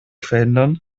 verhindern